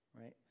right